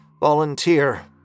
Volunteer